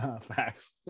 Facts